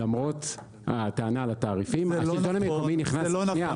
למרות הטענה על התעריפים --- זה לא נכון.